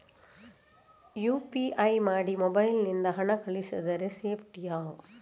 UPI ಮಾಡಿ mobile ನಿಂದ ಹಣ ಕಳಿಸಿದರೆ ಸೇಪ್ಟಿಯಾ?